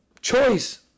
choice